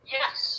yes